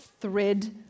thread